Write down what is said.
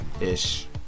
ish